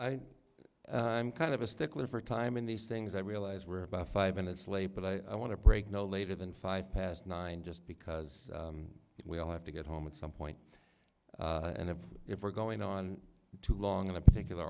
am kind of a stickler for time in these things i realize we're about five minutes late but i want to break no later than five past nine just because we all have to get home at some point and if if we're going on too long in a particular